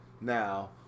now